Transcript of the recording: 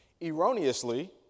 Erroneously